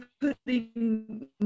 putting